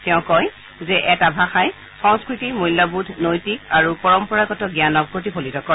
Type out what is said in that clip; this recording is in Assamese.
তেওঁ কয় যে এটা ভাষাই সংস্কৃতি মূল্যবোধ নৈতিক আৰু পৰম্পৰাগত জানক প্ৰতিফলিত কৰে